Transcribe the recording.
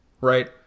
Right